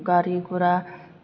गारि गुरा